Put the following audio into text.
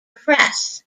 press